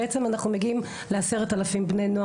בעצם אנחנו מגיעים ל-10 אלף בני נוער